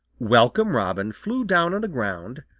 welcome robin flew down on the ground,